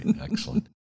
excellent